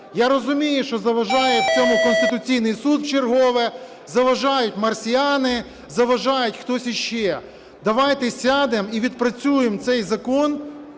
Я розумію, що заважає в цьому Конституційний Суд вчергове, заважають марсіани, заважає хтось іще. Давайте сядемо і відпрацюємо цей закон